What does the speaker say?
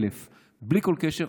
1,000. בלי כל קשר,